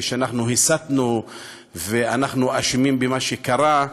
ושאנחנו הסתנו ואנחנו אשמים במה שקרה.